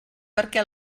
perquè